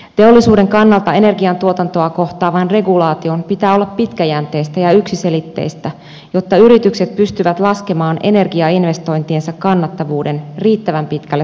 teollisuuden kannalta energiantuotantoa kohtaavan regulaation pitää olla pitkäjänteistä ja yksiselitteistä jotta yritykset pystyvät laskemaan energiainvestointiensa kannattavuuden riittävän pitkälle tulevaisuuteen